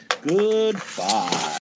Goodbye